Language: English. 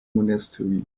monastery